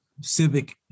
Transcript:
civic